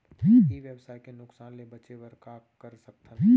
ई व्यवसाय के नुक़सान ले बचे बर का कर सकथन?